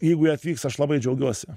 jeigu jie atvyks aš labai džiaugiuosi